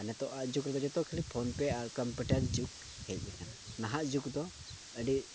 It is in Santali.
ᱱᱤᱛᱚᱜ ᱟᱜ ᱡᱩᱜᱽ ᱨᱮᱫᱚ ᱡᱚᱛᱚ ᱠᱷᱟᱹᱞᱤ ᱯᱷᱳᱱ ᱯᱮᱹ ᱟᱨ ᱠᱚᱢᱯᱤᱭᱩᱴᱟᱨ ᱡᱩᱜᱽ ᱦᱮᱡ ᱱᱟᱦᱟᱜ ᱡᱩᱜᱽ ᱫᱚ ᱟᱹᱰᱤ